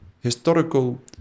historical